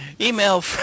Email